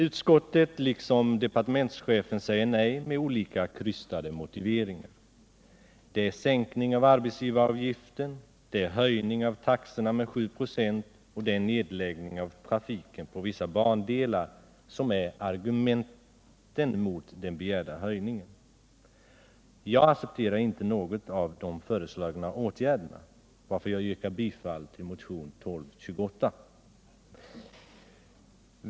Utskottet liksom departementschefen säger nej med olika krystade motiveringar. Sänkning av arbetsgivaravgiften, höjning av taxorna med 7 96 och nedläggning av trafiken på vissa bandelar är argumenten mot den begärda höjningen. Jag accepterar inte någon av de föreslagna åtgärderna, varför jag yrkar bifall till motionen 1228.